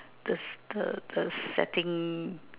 the the the setting